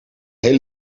hele